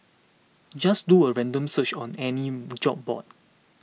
just do a random search on any job board